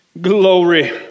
Glory